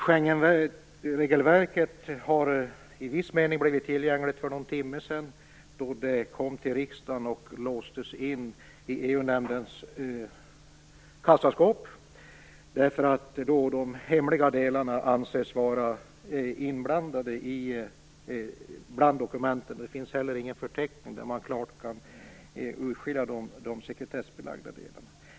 Schengenregelverket har i viss mening blivit tillgängligt för någon timme sedan då det kom till riksdagen och låstes in i EU-nämndens kassaskåp därför att de hemliga delarna anses finnas bland dokumenten. Det finns heller ingen förteckning där man klart kan urskilja de sekretessbelagda delarna.